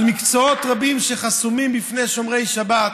על מקצועות רבים שחסומים בפני שומרי שבת,